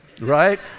right